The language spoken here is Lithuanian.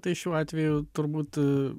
tai šiuo atveju turbūt